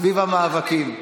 סביב המאבקים.